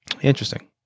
Interesting